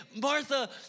Martha